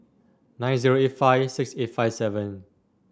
nine zero eight five six eight five seven